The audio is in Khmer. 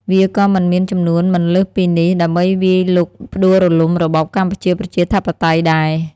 វាក៏មិនមានចំនួនមិនលើសពីនេះ ដើម្បីវាយលុកផ្ដួលរំលំរបបកម្ពុជាប្រជាធិបតេយ្យដែរ។